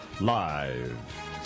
Live